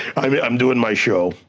i mean i'm doing my show.